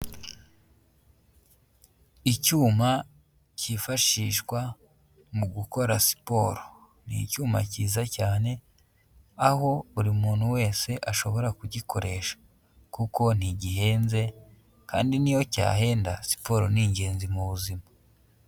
Icyuma kifashishwa mu gukora siporo. Ni icyuma cyiza cyane, aho buri muntu wese ashobora kugikoresha. Kuko ntigihenze kandi niyo cyahenda siporo ni ingenzi mu buzima.